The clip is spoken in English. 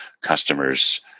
customers